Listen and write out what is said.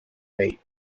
date